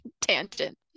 tangent